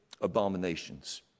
abominations